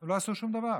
לא עשו שום דבר.